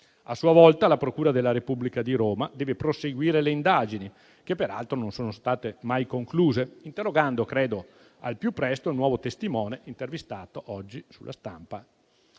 A sua volta, la procura della Repubblica di Roma deve proseguire le indagini, che peraltro non si sono mai concluse, interrogando - credo al più presto - un nuovo testimone, intervistato oggi su «La Stampa».